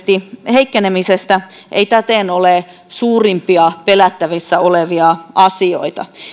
heikkeneminen ei täten ole suurimpia pelättävissä olevia asioita